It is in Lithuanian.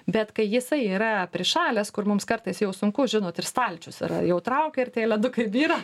bet kai jisai yra prišalęs kur mums kartais jau sunku žinot ir stalčius yra jau traukia ir tie ledukai byra